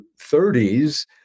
30s